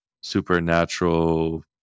supernatural